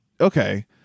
okay